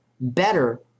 better